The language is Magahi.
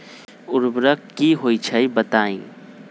उर्वरक की होई छई बताई?